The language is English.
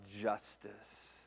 justice